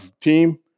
team